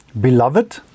beloved